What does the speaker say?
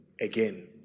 again